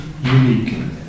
unique